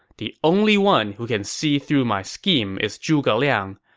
the only one who can see through my scheme is zhuge liang,